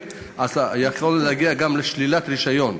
אז אתה יכול להגיע אפילו לשלילת רישיון.